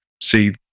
see